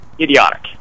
idiotic